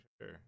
sure